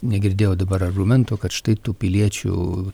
negirdėjau dabar argumento kad štai tų piliečių